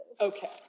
Okay